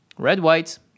Red-white